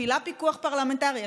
מפעילה פיקוח פרלמנטרי.